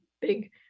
big